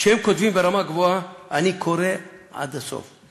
כשהם כותבים ברמה גבוהה, אני קורא עד הסוף.